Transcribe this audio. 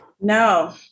no